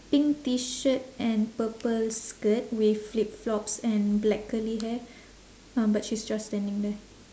pink T-shirt and purple skirt with flip-flops and black curly hair um but she's just standing there